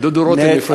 דודו רותם הפריע לי.